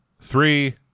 three